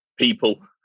people